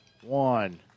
one